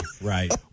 Right